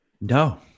No